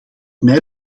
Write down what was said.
mij